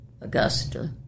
Augusta